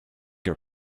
your